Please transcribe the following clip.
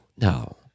no